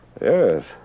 Yes